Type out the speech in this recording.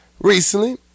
Recently